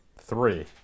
Three